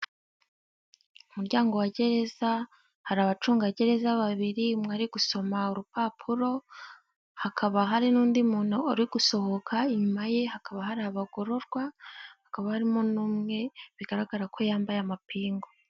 Umuryango wa gereza hari abacungagereza babiri mwari gusoma urupapuro hakaba hari n'undi muntu uri gusohoka inyuma ye hakaba hari abagororwa hakaba harimo n'umwe bigaragara ko yambaye amapingu.